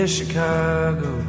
Chicago